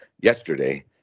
yesterday